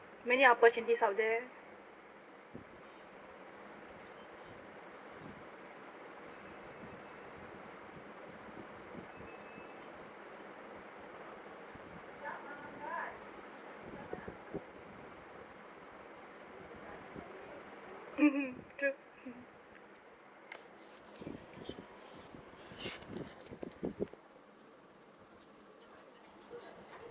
many opportunities out there mmhmm true